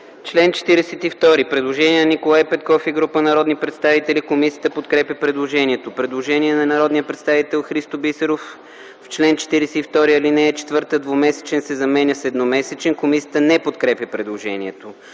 народния представител Николай Петков и група народни представители. Комисията подкрепя предложението. Има предложение от народния представител Христо Бисеров – в чл. 42, ал. 4 „двумесечен” се заменя с „едномесечен”. Комисията не подкрепя предложението.